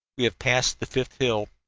we have passed the fifth hill.